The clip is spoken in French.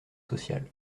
social